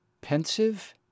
pensive